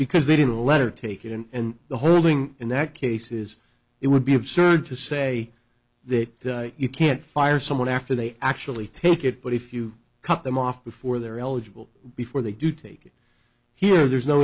because they didn't let her take it and the whole thing in that case is it would be absurd to say that you can't fire someone after they actually take it but if you cut them off before they're eligible before they do take here there's no